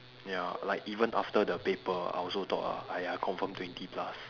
ya like even after the paper I also thought ah !aiya! confirm twenty plus